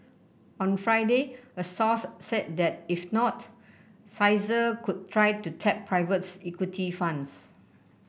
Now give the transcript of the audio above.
on Friday a source said that if not could try to tap privates equity funds